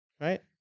right